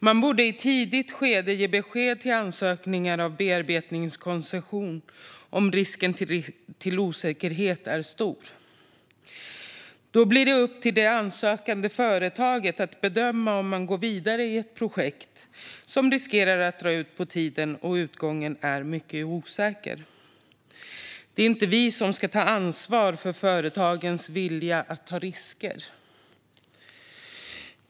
Man borde i ett tidigt skede ge besked vid ansökningar om bearbetningskoncession om risken för osäkerhet är stor. Det blir då upp till ansökande företag att bedöma om man går vidare i ett projekt som riskerar att dra ut på tiden och där utgången är mycket osäker. Det är inte vi som ska ta ansvar för företagens vilja att ta risker.